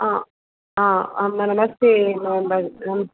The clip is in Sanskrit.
हा हा आं नमस्ते मबर्